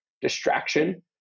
distraction